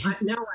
no